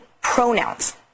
pronouns